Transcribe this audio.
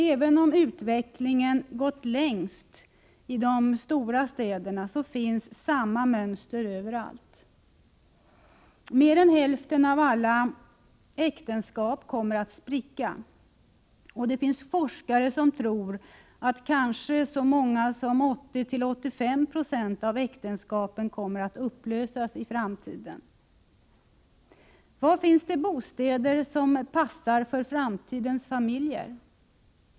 Även om utvecklingen har gått längst i de stora städerna, finns samma mönster överallt. Mer än hälften av alla äktenskap kommer att spricka, och det finns forskare som tror att så mycket som 80-85 26 av äktenskapen kommer att upplösas i framtiden. Var finns det bostäder som passar för framtidens familjer?